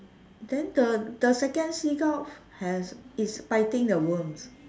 then the the second seagull has is biting the worms